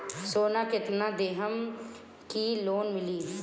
सोना कितना देहम की लोन मिली?